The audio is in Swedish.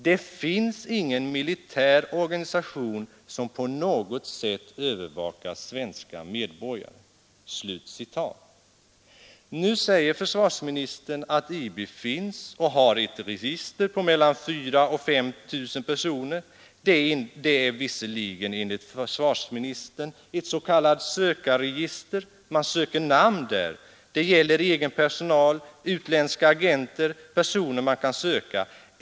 Det finns ingen militär organisation som på något sätt övervakar svenska medborgare.” Men nu säger försvarsministern att IB finns och har ett register på mellan 4 000 och 5 000 personer. Det är enligt försvarsministern ett s.k. sökarregister. Man söker namn där. Det gäller egen personal, utländska agenter och andra personer som man kan söka.